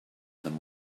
than